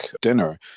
dinner